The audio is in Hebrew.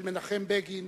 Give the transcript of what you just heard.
של מנחם בגין,